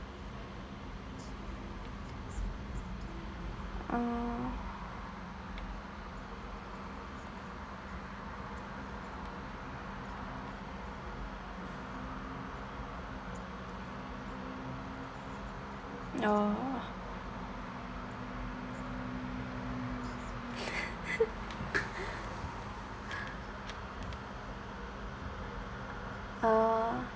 uh oh oh